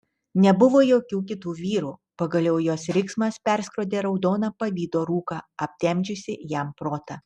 nebuvo jokių kitų vyrų pagaliau jos riksmas perskrodė raudoną pavydo rūką aptemdžiusį jam protą